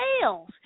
sales